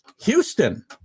Houston